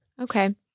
Okay